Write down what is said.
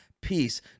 peace